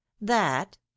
That